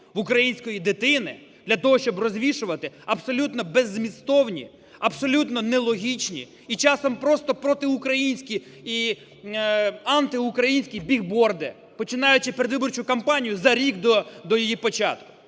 української дитини для того, щоб розвішувати абсолютно беззмістовні, абсолютно нелогічні і часом просто протиукраїнські і антиукраїнськібігборди, починаючи передвиборчу кампанію за рік до її початку.